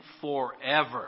forever